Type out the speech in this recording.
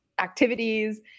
activities